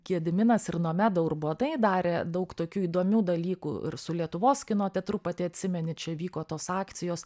gediminas ir nomeda urbonai darė daug tokių įdomių dalykų ir su lietuvos kino teatru pati atsimeni čia vyko tos akcijos